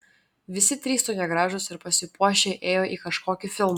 visi trys tokie gražūs ir pasipuošę ėjo į kažkokį filmą